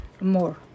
more